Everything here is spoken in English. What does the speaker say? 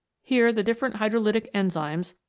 here the different hydrolytic enzymes,